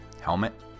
Helmet